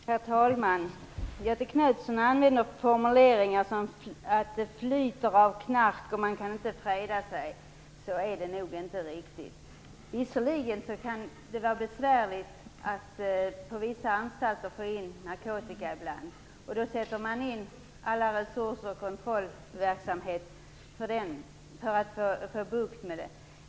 Herr talman! Göthe Knutson använder formuleringar som "flyter av knark" och "omöjligt att freda sig". Så är det nog inte riktigt. Visserligen kan det vara besvärligt på vissa anstalter i och med att man får in narkotika ibland. Då sätter man in alla resurser på kontrollverksamhet för att få bukt med det.